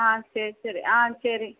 ஆ சரி சரி ஆ சரி